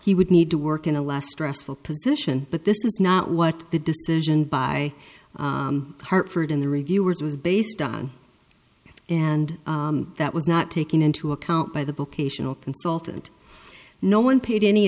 he would need to work in a last restful position but this is not what the decision by hartford in the reviewers was based on and that was not taken into account by the book ational consultant no one paid any